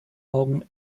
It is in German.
augen